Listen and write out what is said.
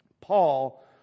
...Paul